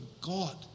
God